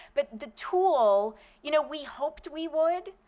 but the tool you know, we hoped we would,